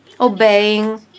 obeying